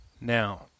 Now